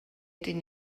ydyn